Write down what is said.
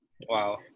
Wow